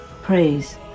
praise